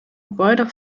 gebäude